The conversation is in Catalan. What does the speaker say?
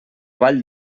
vall